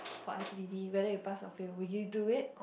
for i_p_p_t whether you pass for fail would you do it